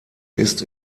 ist